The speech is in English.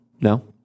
No